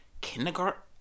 kindergarten